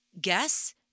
guess